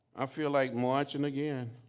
i feel like marching again,